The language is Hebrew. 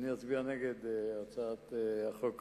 אני אצביע נגד הצעת החוק הזו,